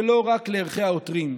ולא רק לערכי העותרים.